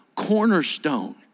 cornerstone